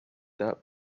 that